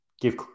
give